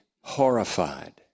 horrified